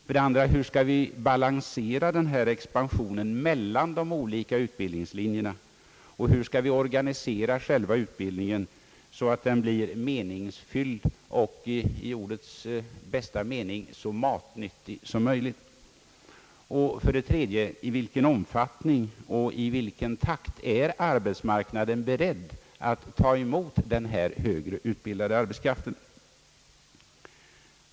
För det andra: Hur skall vi balansera expansionen mellan de olika utbildningslinjerna och hur skall vi organisera själva utbildningen, så att den blir meningsfylld och i ordets bästa mening så matnyttig som möjligt? Och för det tredje: I vilken omfattning och i vilken takt är arbetsmarknaden beredd att ta emot den högre utbildade arbetskraften?